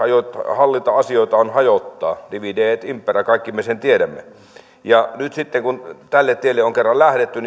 hallita asioita on hajottaa divide et impera kaikki me sen tiedämme nyt sitten kun tälle tielle on kerran lähdetty